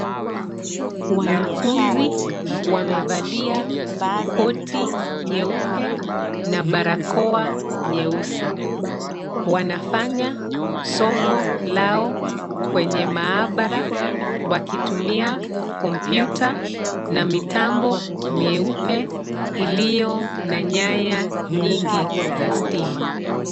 Wanafunzi wamevalia koti nyeupe na barakoa nyeusi, wanafanya somo lao kwenye mahabara wakitumia kompyuta na mitambo meupe iliyo na nyaya nyingi za stima